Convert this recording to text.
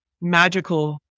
magical